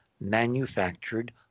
manufactured